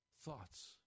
thoughts